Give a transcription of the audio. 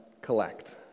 collect